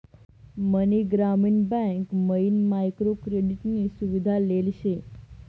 मनी ग्रामीण बँक मयीन micro credit नी सुविधा लेल शे